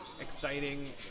exciting